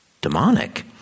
demonic